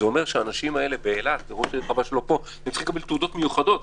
זה אומר שהאנשים האלה באילת צריכים תעודות מיוחדות.